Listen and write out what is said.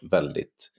Väldigt